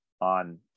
on